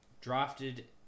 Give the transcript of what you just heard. drafted